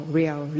real